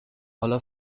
حالا